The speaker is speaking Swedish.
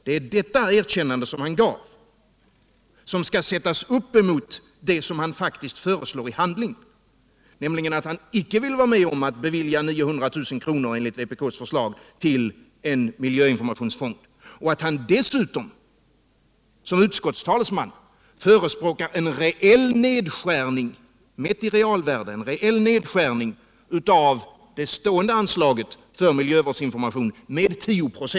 Det är detta erkännande som han gav som skall sättas upp emot det han faktiskt föreslog i handling, nämligen att han inte ville vara med om att bevilja 900 000 kr., enligt vpk:s förslag, till en miljöinformationsfond och att han dessutom såsom utskottets talesman förespråkar en reell nedskärning av det stående anslaget för miljövårdsinformation med 10 96.